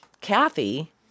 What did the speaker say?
Kathy